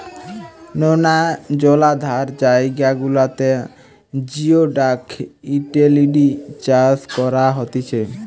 নোনা জলাধার জায়গা গুলাতে জিওডাক হিটেলিডি চাষ করা হতিছে